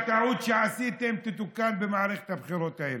אני מאוד מקווה שהטעות שעשיתם תתוקן במערכת הבחירות הזאת.